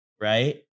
right